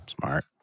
smart